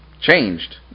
changed